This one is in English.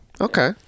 Okay